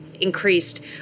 increased